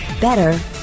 better